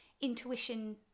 intuition